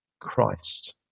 Christ